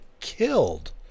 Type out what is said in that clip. killed